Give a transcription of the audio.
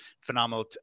phenomenal